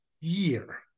year